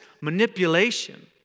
manipulation